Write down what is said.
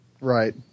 Right